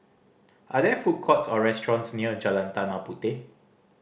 are there food courts or restaurants near Jalan Tanah Puteh